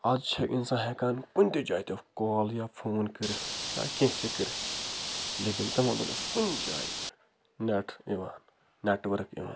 از چھِ اِنسان ہٮ۪کان کُنہِ تہِ جایہِ تہِ کال یا فون کٔرِتھ یا کیٚنہہ تہِ کٔرِتھ لیکِن تِمَن دۄہَن اوس کُنہِ جایہِ نٮ۪ٹ یِوان نٮ۪ٹورک یِوان